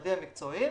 והצוותים המקצועיים.